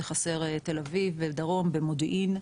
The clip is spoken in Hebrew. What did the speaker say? זה חסר בתל אביב, בדרום, במודיעין.